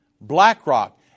BlackRock